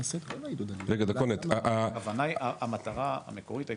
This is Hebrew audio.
ו- -- המטרה המקורית הייתה,